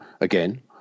again